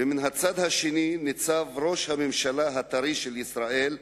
ומן הצד השני ניצב ראש הממשלה הטרי של ישראל,